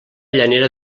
llanera